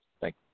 Thank